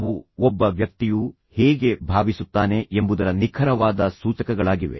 ಅವು ಒಬ್ಬ ವ್ಯಕ್ತಿಯು ಹೇಗೆ ಭಾವಿಸುತ್ತಾನೆ ಎಂಬುದರ ನಿಖರವಾದ ಸೂಚಕಗಳಾಗಿವೆ